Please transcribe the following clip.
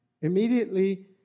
immediately